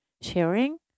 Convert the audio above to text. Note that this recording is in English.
sharing